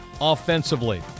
offensively